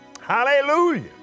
hallelujah